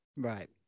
Right